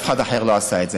אף אחד אחר לא עשה את זה.